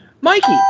Mikey